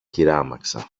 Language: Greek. χειράμαξα